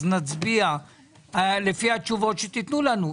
ואז נוכל להצביע לפי התשובות שתיתנו לנו.